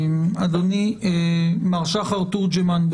מר שחר תורג'מן,